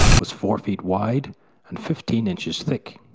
was four feet wide and fifteen inches thick.